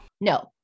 No